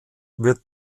wird